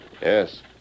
Yes